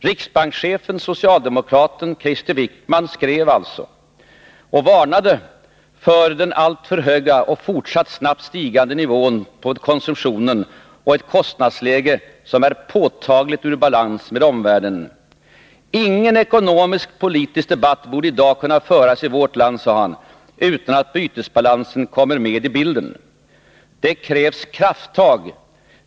Riksbankschefen och socialdemokraten Krister Wickman varnade för den alltför höga och fortsatt snabbt stigande nivån på konsumtionen och ett kostnadsläge som var påtagligt ur balans med omvärlden. Ingen ekonomisk-politisk debatt borde i dag föras i vårt land, sade han, utan att bytesbalansen kom med i bilden. Och han fortsatte: Det krävs krafttag.